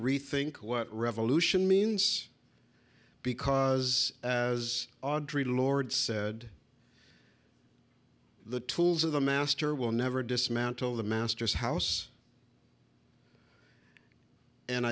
rethink what revolution means because as audrey lord said the tools of the master will never dismantle the master's house and